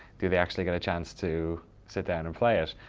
do they actually get a chance to sit down and play it,